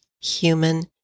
human